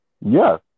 Yes